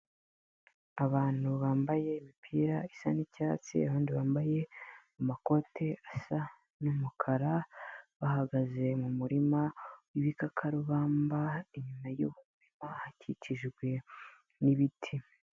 Abantu bambaye imipira isa n'icyatsi abandi bambaye amakote asa n'umukara, bahagaze mu murima w'ibikakarubamba inyuma yuwo murima hakikijwe n'ibiti.